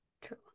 True